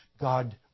God